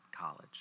college